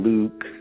Luke